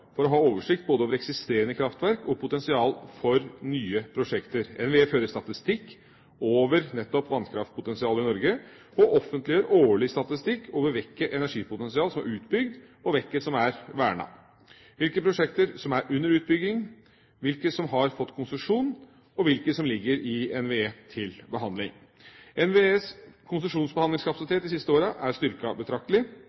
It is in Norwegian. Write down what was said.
for å ha oversikt over både eksisterende kraftverk og potensial for nye prosjekter. NVE fører statistikk over nettopp vannkraftpotensialet i Norge og offentliggjør årlig statistikk over hvilke energipotensial som er utbygd, hvilke som er vernet, hvilke prosjekter som er under utbygging, hvilke som har fått konsesjon, og hvilke som ligger i NVE til behandling. NVEs